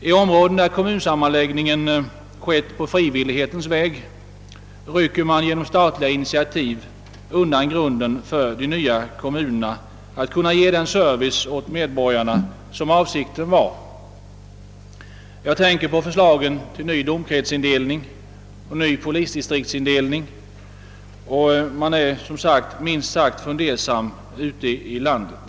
I områden, där kommunsammanläggningen har skett på frivillighetens väg, rycker man genom statliga initiativ undan grunden för de nya kommunerna att kunna ge den service åt medborgarna som avsikten var. Jag tänker på förslagen till ny domkretsindelning och ny polisdistriktsindelning. Man är, milt uttryckt, fundersam ute i landet.